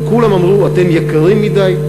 הם כולם אמרו: אתם יקרים מדי.